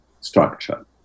structure